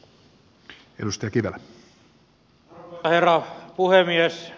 arvoisa herra puhemies